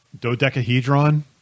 Dodecahedron